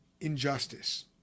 injustice